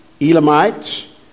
Elamites